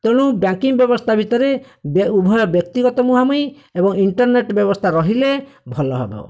ତେଣୁ ବ୍ୟାଙ୍କିଙ୍ଗ ବ୍ୟବସ୍ଥା ଭିତରେ ଉଭୟ ବ୍ୟକ୍ତିଗତ ମୁହାଁମୁହିଁ ଏବଂ ଇଣ୍ଟର୍ନେଟ ବ୍ୟବସ୍ଥା ରହିଲେ ଭଲ ହେବ